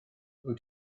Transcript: wyt